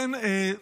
כן?